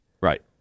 Right